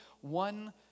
one